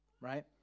right